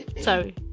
Sorry